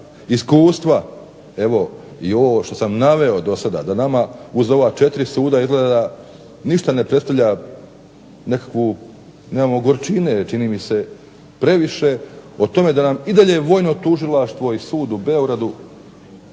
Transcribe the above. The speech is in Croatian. iskustva evo i ovo što sam naveo dosada, da nama uz ova 4 suda izgleda ništa ne predstavlja nekakvu, nemamo gorčine čini mi se previše, od tome da nam i dalje vojno tužilaštvo i sud u Beogradu